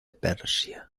persia